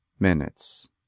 Minutes